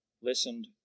listened